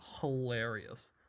hilarious